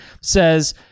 says